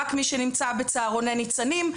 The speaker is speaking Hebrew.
רק מי שנמצא בצהרוני ניצנים.